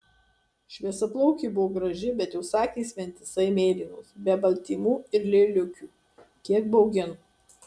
šviesiaplaukė buvo graži bet jos akys vientisai mėlynos be baltymų ir lėliukių kiek baugino